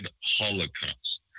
holocaust